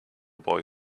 boy